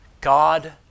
God